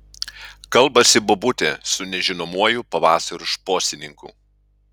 kalbasi bobutė su nežinomuoju pavasario šposininku